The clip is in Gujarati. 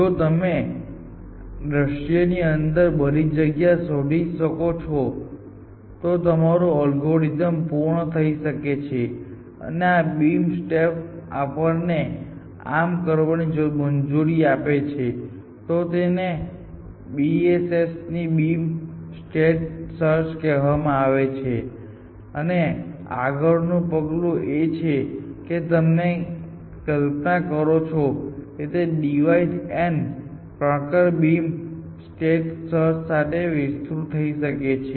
જો તમે આ દૃશ્યની અંદરની બધી જગ્યા શોધી શકો તો તમારું અલ્ગોરિધમ પૂર્ણ થઈ શકે છે અને આ બીમ સ્ટેક આપણને આમ કરવાની મંજૂરી આપે છે તો તેને BSS બીમ સ્ટેક સર્ચ કહેવામાં આવે છે અને આગળનું પગલું એ છે કે તમે કલ્પના કરો છો કે તે divide and conquer beam stack search સાથે વિસ્તૃત થઈ શકે છે